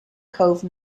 cove